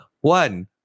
one